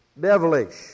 devilish